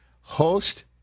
host